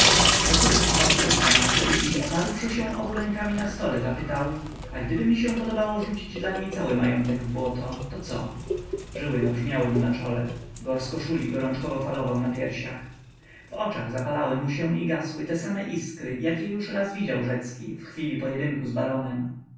wokulski powstał z kanapy i oparłszy się obu rękoma na stole zapytał a gdyby mi się podobało rzucić dla niej cały majątek w błoto to co żyły nabrzmiały mu na czole gors koszuli gorączkowo falował na piersiach w oczach zapalały mu się i gasły te same iskry jakie już raz widział rzecki w chwili pojedynku z baronem